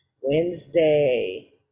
wednesday